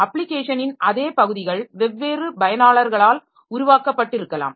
அப்ளிகேஷனின் அதே பகுதிகள் வெவ்வேறு பயனாளர்களால் உருவாக்கப்பட்டிருக்கலாம்